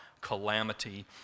calamity